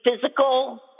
physical